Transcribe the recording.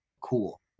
cool